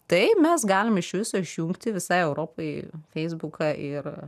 tai mes galim iš viso išjungti visai europai feisbuką ir